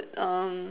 um